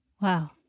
Wow